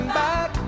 back